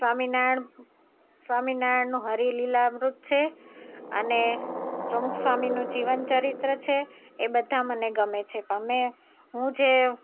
સ્વામિનારાયણ સ્વામિનારાયણનું હરિલીલા અમૃત છે અને સ પ્રમુખ સ્વામીનું જીવન ચરિત્ર છે એ બધા મને ગમે છે પણ મેં હું જે